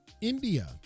India